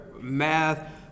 math